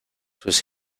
sus